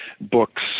books